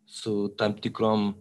su tam tikrom